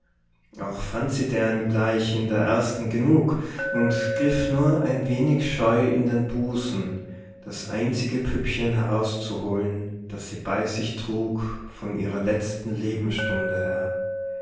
auch fand sie deren gleich in der ersten genug und griff nur ein wenig scheu in den busen das einzige püppchen herauszuholen das sie bei sich trug von ihrer letzten lebensstunde her